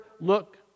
look